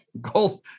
gold